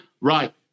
Right